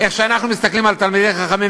איך אנחנו מסתכלים על תלמידי חכמים,